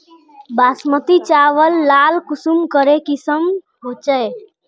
बासमती चावल लार कुंसम करे किसम होचए?